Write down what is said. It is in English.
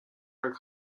are